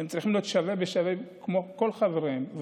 הם צריכים להיות שווה בשווה כמו כל חבריהם.